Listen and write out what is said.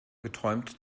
geträumt